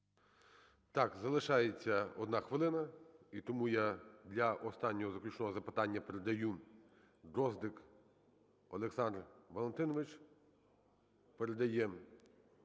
Так, залишається одна хвилина, і тому я для останнього, заключного запитання передаю…Дроздик Олександр Валентинович